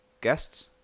guests